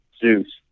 Zeus